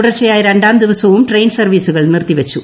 തുടർച്ചയായ രണ്ടാം ദിവസവും ട്രെയിൻ സർവീസുകൾ നിർത്തിവെച്ചു